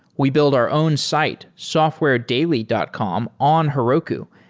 we build our own site, softwaredaily dot com on heroku,